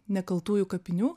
nekaltųjų kapinių